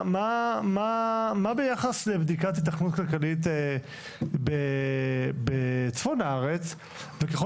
מה ביחס לבדיקת היתכנות כלכלית בצפון הארץ וככל